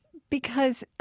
because